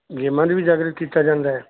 ਗੇਮਾਂ ਦੀ ਵੀ ਜਾਗਰਿਤ ਕੀਤਾ ਜਾਂਦਾ